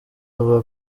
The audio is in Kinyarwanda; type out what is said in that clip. avuga